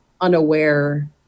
unaware